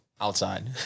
outside